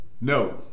No